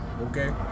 okay